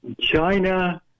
China